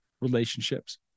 relationships